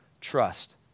trust